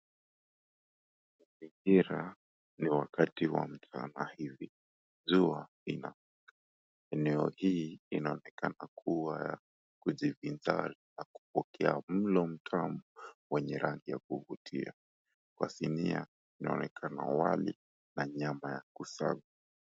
Majira ni wakati wa mchana hivi jua inang'aa eneo hili inaonekana kuwa ya kujivinjari na kupokea mlo mtamu wenye rangi ya kuvutia, kwa sinia kunaonekana wali na nyama ya kusagwa.